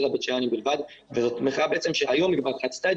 בית שאנים בלבד אלא זו מחאה שהיום היא כבר חצתה את